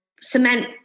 cement